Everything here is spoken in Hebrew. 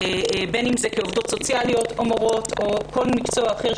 בין אם כעובדות סוציאליות או מורות או כל מקצוע אחר,